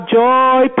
joy